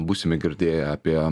būsime girdėję apie